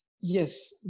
yes